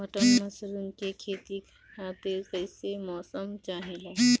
Button mushroom के खेती खातिर कईसे मौसम चाहिला?